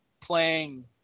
playing